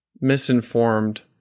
misinformed